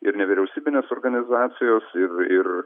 ir nevyriausybinės organizacijos ir ir